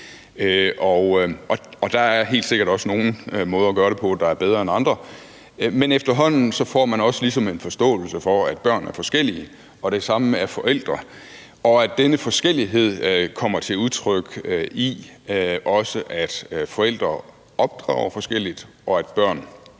Der er helt sikkert også nogle måder at gøre det på, der er bedre end andre, men efterhånden får man også ligesom en forståelse for, at børn er forskellige, og det samme er forældre, og at denne forskellighed også kommer til udtryk i, at forældre opdrager forskelligt, og at børn